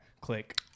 click